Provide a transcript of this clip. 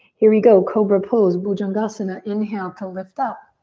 here we go, cobra pose, bhujangasana. inhale to lift up.